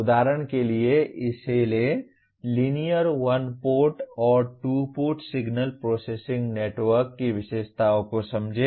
उदाहरण के लिए इसे लें लीनियर वन पोर्ट और two port signal processing network की विशेषताओं को समझें